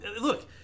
Look